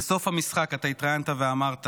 בסוף המשחק אתה התראיינת ואמרת